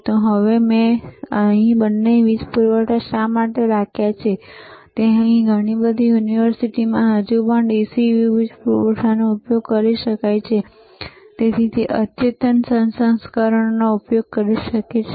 તો હવે મેં અહીં બંને વીજ પૂરવઠો શા માટે રાખ્યા છે તે એ છે કે ઘણી બધી યુનિવર્સિટીઓ હજી પણ આ DC વીજ પૂરવઠાનો ઉપયોગ કરી શકે છે અથવા અદ્યતન સંસ્કરણનો ઉપયોગ કરી શકે છે